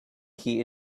key